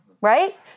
Right